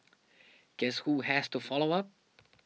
guess who has to follow up